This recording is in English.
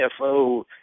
CFO